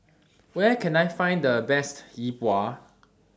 Where Can I Find The Best Yi Bua